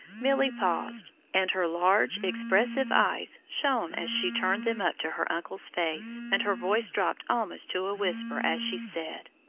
milly paused, and her large, expressive eyes shone as she turned them up to her uncle's face, and her voice dropped almost to a whisper as she said